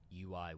ui